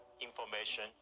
information